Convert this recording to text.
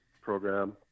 program